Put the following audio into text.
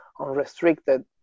unrestricted